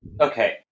okay